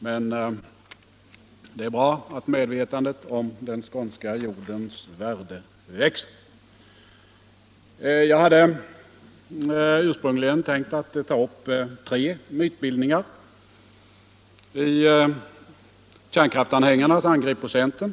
Men det är bra att medvetandet om den skånska jordens värde växer. Nog om detta. Fru talman! Jag hade ursprungligen tänkt ta upp tre mytbildningar i kärnkraftsanhängarnas angrepp på centern.